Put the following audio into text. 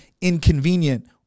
inconvenient